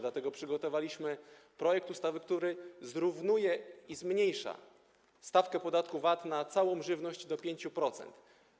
Dlatego przygotowaliśmy projekt ustawy, który zrównuje i zmniejsza stawkę podatku VAT na całą żywność do 5%.